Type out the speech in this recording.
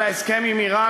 על ההסכם עם איראן,